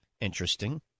interesting